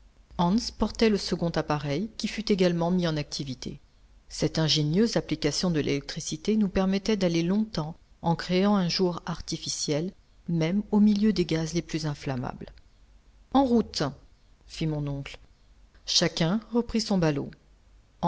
portait le second appareil qui fut également mis en activité cette ingénieuse application de l'électricité nous permettait d'aller longtemps en créant un jour artificiel même au milieu des gaz les plus inflammables en route fit mon oncle chacun reprit son ballot